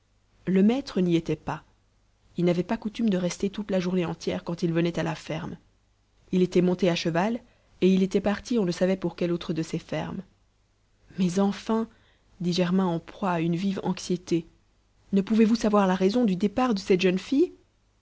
le maître n'y était pas il n'avait pas coutume de rester toute la journée entière quand il venait à la ferme il était monté à cheval et il était parti on ne savait pour quelle autre de ses fermes mais enfin dit germain en proie à une vive anxiété ne pouvez-vous savoir la raison du départ de cette jeune fille